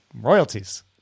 Royalties